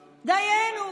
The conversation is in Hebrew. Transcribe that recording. דיינו,